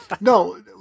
no